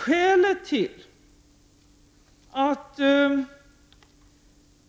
Skälet till att